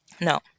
no